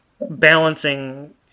balancing